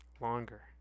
Longer